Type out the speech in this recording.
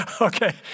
Okay